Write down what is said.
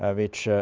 ah which ah